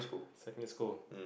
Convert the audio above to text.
secondary school